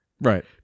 right